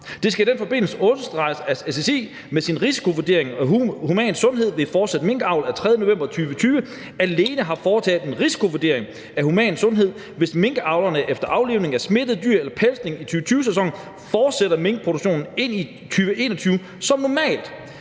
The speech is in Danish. Det skal i den forbindelse understreges, at SSI med sin Risikovurdering af human sundhed ved fortsat minkavl af 3. november 2020 alene har foretaget en risikovurdering ift. human sundhed, hvis minkavlere efter aflivning af smittede dyr eller pelsning i 2020-sæsonen fortsætter minkproduktionen ind i 2021 som normalt.